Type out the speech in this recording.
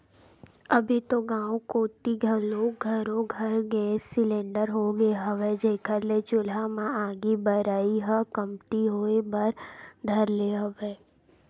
अभी तो गाँव कोती घलोक घरो घर गेंस सिलेंडर होगे हवय, जेखर ले चूल्हा म आगी बरई ह कमती होय बर धर ले हवय